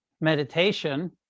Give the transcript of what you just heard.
meditation